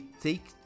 take